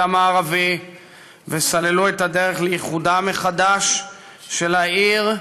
המערבי וסללו את הדרך לאיחודה מחדש של העיר,